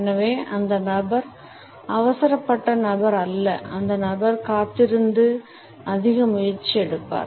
எனவே அந்த நபர் அவசரப்பட்ட நபர் அல்ல அந்த நபர் காத்திருந்து அதிக முயற்சி எடுப்பார்